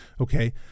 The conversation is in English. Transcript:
okay